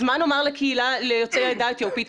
אז מה נאמר ליוצאי העדה האתיופית?